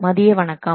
மதிய வணக்கம்